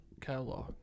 catalog